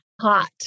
hot